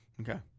Okay